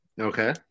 Okay